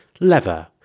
Lever